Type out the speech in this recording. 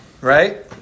right